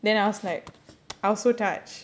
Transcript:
then I was like I was so touched